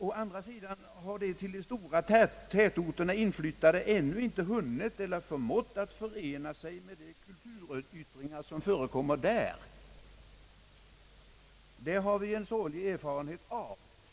Å andra sidan har de till tätorterna inflyttade ännu inte hunnit eller förmått förena sig med de kulturyttringar som förekommer där. Det har vi sorgliga erfarenheter av.